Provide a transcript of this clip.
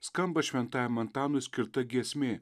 skamba šventajam antanui skirta giesmė